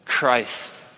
Christ